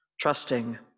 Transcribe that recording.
Trusting